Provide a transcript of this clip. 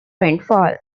rainfall